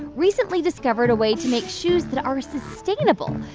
recently discovered a way to make shoes that are sustainable,